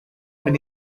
mynd